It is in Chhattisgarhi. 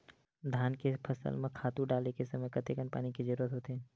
धान के फसल म खातु डाले के समय कतेकन पानी के जरूरत होथे?